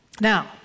now